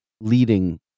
leading